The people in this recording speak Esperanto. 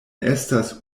estas